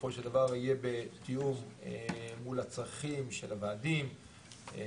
בסופו של דבר יהיה בתיאום אל מול הצרכים של הוועדים וביחד.